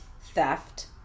theft